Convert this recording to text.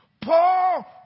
Paul